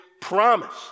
promise